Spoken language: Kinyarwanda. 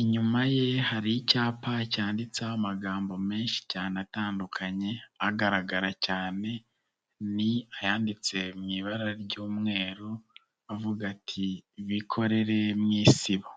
inyuma ye hari icyapa cyanditseho amagambo menshi cyane atandukanye, agaragara cyane ni ayanditse mu ibara ry'umweru avuga ati: "Bikorere mu Isibo."